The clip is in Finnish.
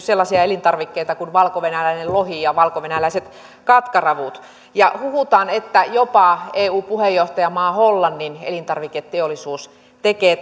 sellaisia elintarvikkeita kuin valkovenäläinen lohi ja valkovenäläiset katkaravut huhutaan että jopa eu puheenjohtajamaa hollannin elintarviketeollisuus tekee